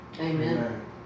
Amen